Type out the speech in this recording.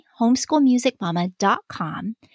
homeschoolmusicmama.com